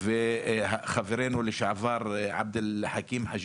חברנו לשעבר עבד אלחכים חאג',